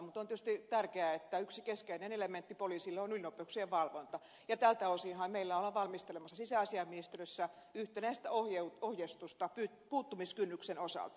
mutta on tietysti tärkeää että yksi keskeinen elementti poliisilla on ylinopeuksien valvonta ja tältä osinhan meillä ollaan valmistelemassa sisäasiainministeriössä yhtenäistä ohjeistusta puuttumiskynnyksen osalta